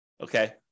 Okay